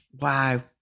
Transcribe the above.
Wow